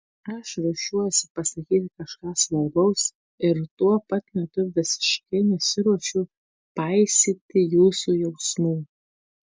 aš ruošiuosi pasakyti kažką svarbaus ir tuo pat metu visiškai nesiruošiu paisyti jūsų jausmų